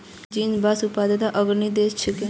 चीन बांस उत्पादनत अग्रणी देश छिके